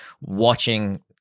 watching